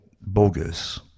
bogus